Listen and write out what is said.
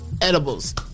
Edibles